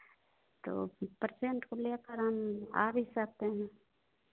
तो परसेन्ट को लेकर आ आ भी सकते हैं